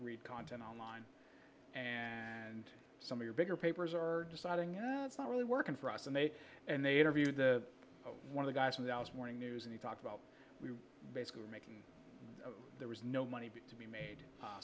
read content online and some of your bigger papers are deciding it's not really working for us and they and they interviewed the one of the guys in dallas morning news and he talked about we basically were making there was no money to be made